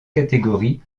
catégories